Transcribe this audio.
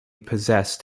possessed